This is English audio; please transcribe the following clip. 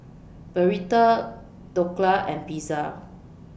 Burrito Dhokla and Pizza